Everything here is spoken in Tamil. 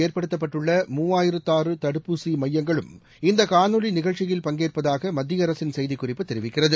ஏற்படுத்தப்பட்டுள்ள மூவாயிரத்க நாடுமுவதும் தடுப்பூசிமையங்களும் ஆற இந்தகாணொளிநிகழ்ச்சியில் பங்கேற்பதாகமத்தியஅரசின் செய்திக்குறிப்பு தெரிவிக்கிறது